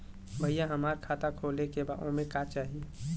भईया हमार खाता खोले के बा ओमे का चाही?